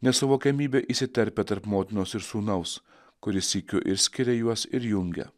nesuvokiamybė įsiterpia tarp motinos ir sūnaus kuri sykiu ir skiria juos ir jungia